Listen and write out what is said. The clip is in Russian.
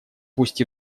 пусть